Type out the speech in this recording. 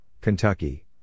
Kentucky